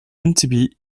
entebbe